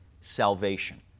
salvation